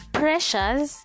pressures